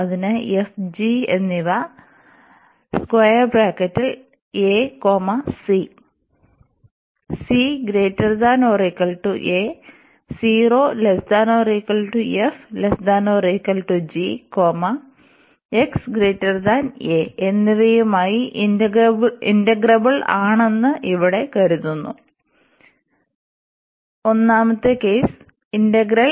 അതിനാൽ f g എന്നിവ a c ∀ c≥a 0≤f≤g ∀x a എന്നിവയുമായി ഇന്റഗ്രബിളാണെന്ന് ഇവിടെ കരുതുന്നു i